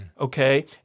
Okay